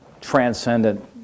transcendent